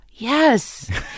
Yes